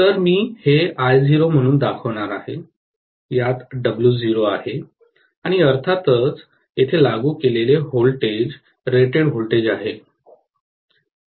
तर मी हे I0 म्हणून दाखवणार आहे आणि यात W0 आहे आणि अर्थातच येथे लागू केलेले व्होल्टेज रेटेड व्होल्टेज आहे